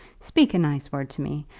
speak a nice word to me.